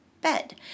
bed